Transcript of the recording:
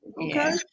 Okay